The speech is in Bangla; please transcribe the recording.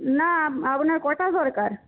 না আপনার কটা দরকার